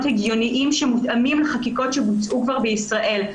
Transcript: הגיוניים שמותאמים לחקיקות שבוצעו כבר בישראל,